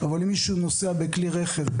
אבל אם מישהו נוסע בכלי רכב,